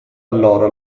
allora